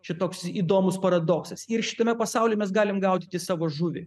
čia toks įdomus paradoksas ir šitame pasauly mes galim gaudyti savo žuvį